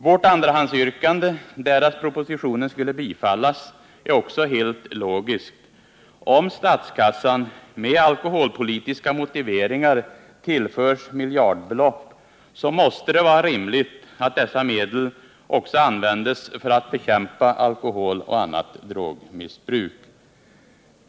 , Vårt andrahandsyrkande därest propositionen skulle bifallas är också helt logiskt. Om statskassan med alkoholpolitiska motiveringar tillförs miljardbelopp, så måste det vara rimligt att dessa medel också används för att bekämpa alkoholoch annat drogmissbruk.